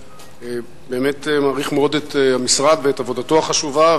ובהחלטת ועדת חקירת הגבולות שמונתה בזמנו.